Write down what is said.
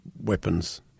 weapons